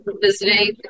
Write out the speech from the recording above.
visiting